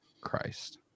Christ